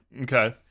Okay